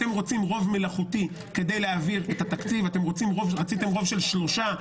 אתם רוצים רוב מלאכותי כדי להעביר את התקציב רציתם רוב של שלושה,